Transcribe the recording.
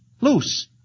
Loose